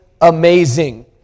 amazing